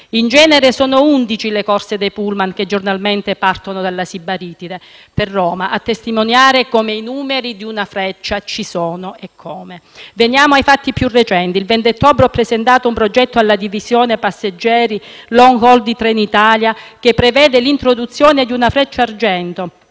In genere sono 11 le corse dei *pullman* che giornalmente partono dalla Sibaritide per Roma, a testimoniare come i numeri per una Freccia ci sono, eccome. Veniamo ai fatti più recenti: il 20 ottobre ho presentato un progetto alla Divisione passeggeri *long haul* di Trenitalia, che prevede l'introduzione di una Frecciargento,